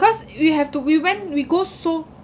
cause we have to we went we go so